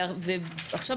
עכשיו,